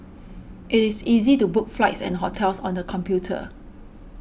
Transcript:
it is easy to book flights and hotels on the computer